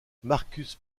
marcus